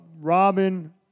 Robin